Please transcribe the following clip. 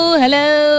hello